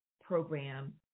program